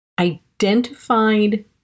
identified